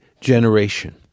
generation